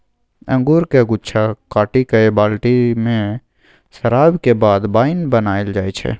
अंगुरक गुच्छा काटि कए बाल्टी मे सराबैक बाद बाइन बनाएल जाइ छै